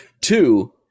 Two